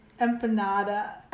empanada